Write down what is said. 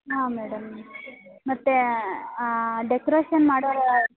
ಹಾಂ ಮೇಡಮ್ ಮತ್ತು ಡೆಕ್ರೇಷನ್ ಮಾಡೋರು